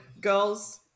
girls